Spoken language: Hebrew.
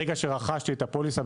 ברגע שרכשתי את הפוליסה,